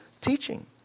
teaching